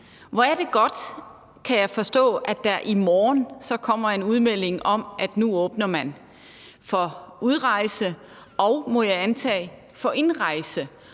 Hvor er det godt, at der – kan jeg forstå – i morgen kommer en udmelding om, at man nu åbner for udrejse og, må jeg antage, for indrejse.